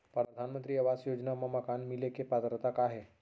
परधानमंतरी आवास योजना मा मकान मिले के पात्रता का हे?